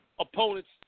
opponents